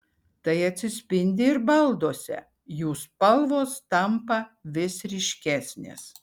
tai atsispindi ir balduose jų spalvos tampa vis ryškesnės